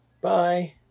bye